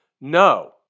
no